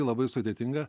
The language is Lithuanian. labai sudėtinga